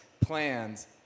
plans